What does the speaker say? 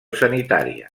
sanitària